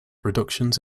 reductions